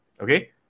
Okay